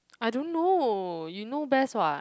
I don't know you know best [what]